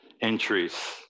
entries